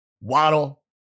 Waddle